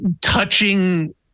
touching